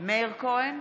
מאיר כהן,